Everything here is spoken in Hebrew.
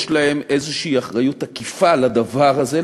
יש להם איזו אחריות עקיפה לדבר הזה,